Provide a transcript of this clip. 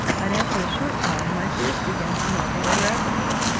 and after a short time my fears began to melt away rapidly.